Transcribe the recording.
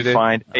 find